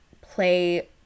play